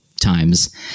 times